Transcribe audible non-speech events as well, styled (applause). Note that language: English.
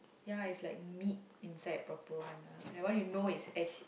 ya it's like meat inside proper one ah that one you know it's (noise)